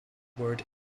word